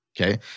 Okay